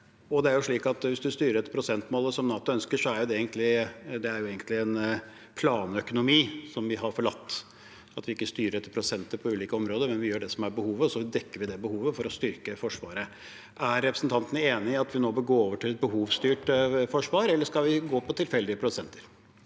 hvis man styrer etter prosentmålet, som NATO ønsker, er det egentlig en planøkonomi som vi har forlatt. Vi styrer ikke etter prosenter på ulike områder, men gjør det som er behovet, og så dekker vi det behovet for å styrke Forsvaret. Er representanten enig i at vi nå bør gå over til et behovsstyrt forsvar, eller skal vi gå på tilfeldige prosenter?